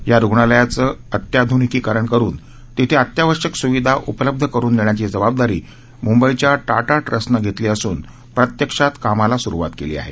या रुग्णालयाचे अत्याध्निकीकरण करून तिथं अत्यावश्यक सुविधा उपलब्ध करून देण्याची जबाबदारी म्ंबईच्या टाटा ट्रस्टनं घेतली असून प्रत्यक्षात कामाला सुरुवात केली आहे